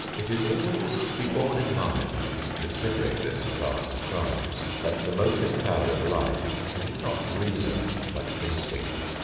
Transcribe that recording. it is always to be borne in mind in considering this class of crimes that the motive power of life is not reason but instinct.